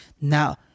Now